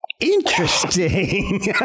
Interesting